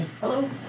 Hello